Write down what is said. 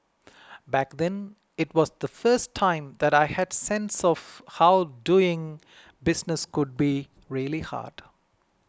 back then it was the first time that I had a sense of how doing business could be really hard